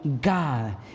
God